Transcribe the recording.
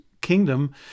kingdom